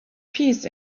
peace